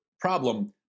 problem